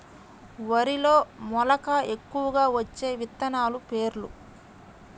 వరిలో మెలక ఎక్కువగా వచ్చే విత్తనాలు పేర్లు?